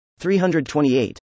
328